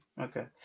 okay